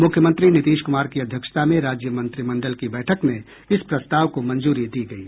मुख्यमंत्री नीतीश कुमार की अध्यक्षता में राज्य मत्रिमंडल की बैठक में इस प्रस्ताव को मंजूरी दी गयी